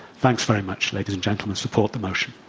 thanks very much, ladies and gentlemen. support the motion.